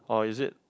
orh is it